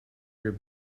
your